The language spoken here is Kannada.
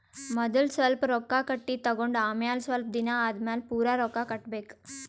ಮದಲ್ ಸ್ವಲ್ಪ್ ರೊಕ್ಕಾ ಕಟ್ಟಿ ತಗೊಂಡ್ ಆಮ್ಯಾಲ ಸ್ವಲ್ಪ್ ದಿನಾ ಆದಮ್ಯಾಲ್ ಪೂರಾ ರೊಕ್ಕಾ ಕಟ್ಟಬೇಕ್